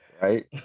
Right